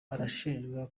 arashinjwa